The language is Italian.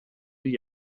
gli